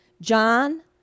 John